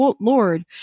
Lord